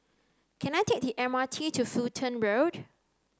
can I take the M R T to Fulton Road